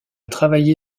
travaillé